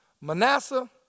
Manasseh